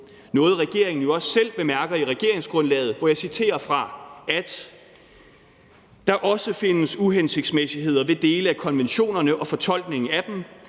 hvilket regeringen jo også selv bemærker i regeringsgrundlaget, hvor jeg citerer fra: »... at der også findes uhensigtsmæssigheder ved dele af konventionerne og fortolkningen af dem.